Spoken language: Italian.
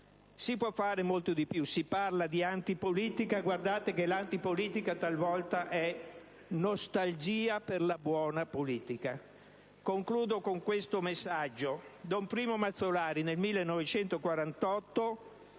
Si può fare molto di più. Si parla di antipolitica, ma guardate che l'antipolitica talvolta è nostalgia per la buona politica. Concludo con un messaggio. Don Primo Mazzolari, nel 1948,